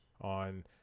on